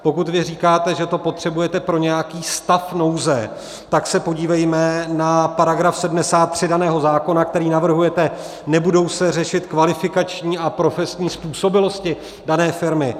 Pokud vy říkáte, že to potřebujete pro nějaký stav nouze, tak se podívejme na § 73 daného zákona, který navrhujete nebudou se řešit kvalifikační a profesní způsobilosti dané firmy.